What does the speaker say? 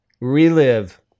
Relive